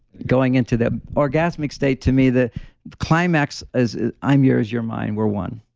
going into the. orgasmic state to me, the climax is i'm yours, you're mine, we're one.